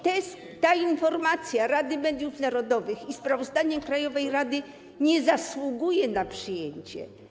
Ta informacja Rady Mediów Narodowych i sprawozdanie krajowej rady nie zasługują na przyjęcie.